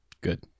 Good